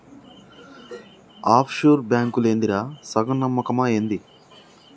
half sure బాంకులేందిరా, సగం నమ్మకమా ఏంది